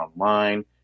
online